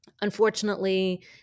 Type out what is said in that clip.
Unfortunately